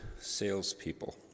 salespeople